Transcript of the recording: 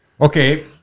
Okay